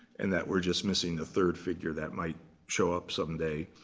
and that we're just missing a third figure that might show up some day.